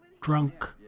drunk